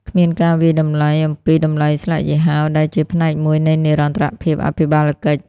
គ្មានការវាយតម្លៃអំពី "តម្លៃស្លាកយីហោ" ដែលជាផ្នែកមួយនៃនិរន្តរភាពអភិបាលកិច្ច។